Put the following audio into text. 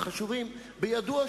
חבר הכנסת בר-און, עד שהוא